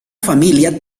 familia